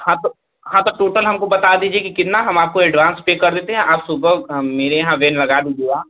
हाँ तो हाँ तो टोटल हमको बता दीजिए कि कितना हम आपको एडवांस पर कर देते हैं आप सुबह मेरे यहाँ वेन लगा दीजिएगा